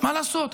מה לעשות,